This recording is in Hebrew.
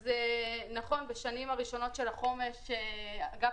אז נכון שבשנים הראשונות של החומש אגף